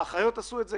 אם האחיות עשו את זה,